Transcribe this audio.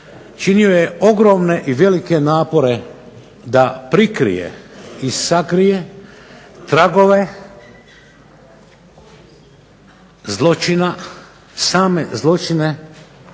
činio je ogromne i velike napore da prikrije i sakrije tragove zločina, same zločine